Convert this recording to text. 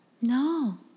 No